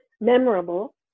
memorable